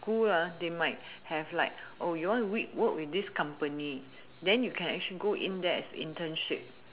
school they might have like oh you want to we work with this company then you can actually go in there as internship